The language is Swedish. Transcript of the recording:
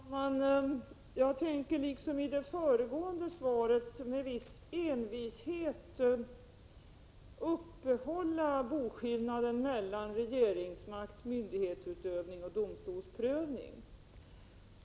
Herr talman! Jag tänker i detta, liksom i det föregående svaret, med viss envishet upprätthålla boskillnaden mellan regeringsmakt, myndighetsutövning och domstolsprövning.